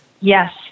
Yes